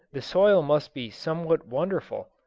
the soil must be somewhat wonderful.